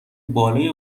بالای